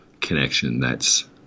connection—that's